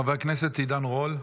חבר הכנסת עידן רול,